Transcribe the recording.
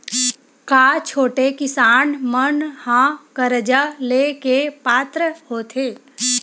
का छोटे किसान मन हा कर्जा ले के पात्र होथे?